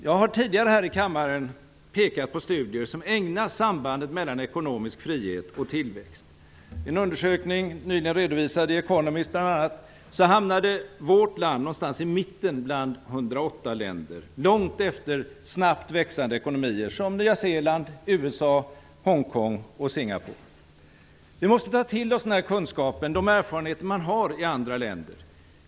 Jag har tidigare här i kammaren pekat på studier som ägnats sambandet mellan ekonomisk frihet och tillväxt. I en undersökning som nyligen redovisades i The Economist hamnade vårt land någonstans i mitten bland 108 länder. Det är långt efter snabbt växande ekonomier som Nya Zeeland, USA, Hongkong och Vi måste ta till oss den här kunskapen och de erfarenheter man har i andra länder.